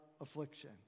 affliction